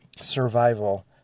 survival